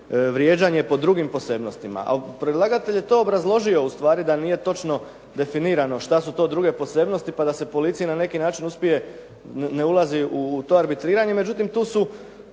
vrijeđanje po drugim posebnostima. A predlagatelj je to obrazložio ustvari da nije točno definirano šta su to druge posebnosti pa da se policija na neki način uspije, ne ulazi u to arbitriranje, međutim tu su